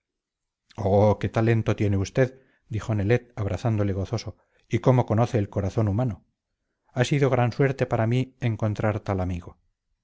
oh qué talento tiene usted dijo nelet abrazándole gozoso y cómo conoce el corazón humano ha sido gran suerte para mí encontrar tal amigo